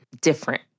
different